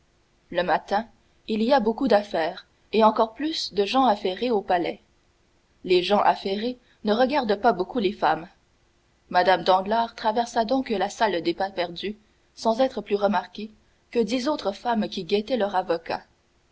le matin il y a beaucoup d'affaires et encore plus de gens affairés au palais les gens affairés ne regardent pas beaucoup les femmes mme danglars traversa donc la salle des pas-perdus sans être plus remarquée que dix autres femmes qui guettaient leur avocat